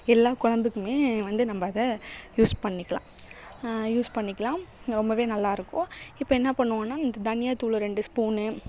எல்லா குலம்புக்குமே வந்து நம்ப அதை யூஸ் பண்ணிக்கலாம் யூஸ் பண்ணிக்கலாம் ரொம்பவே நல்லா இருக்கும் இப்போ என்ன பண்ணுவோம்னா இந்த தனியாத்தூள் ரெண்டு ஸ்பூன்னு